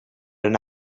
and